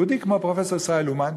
יהודי כמו פרופסור ישראל אומן,